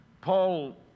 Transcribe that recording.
Paul